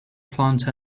plant